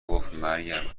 گفتمریم